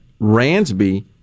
Ransby